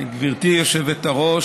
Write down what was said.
גברתי היושבת-ראש,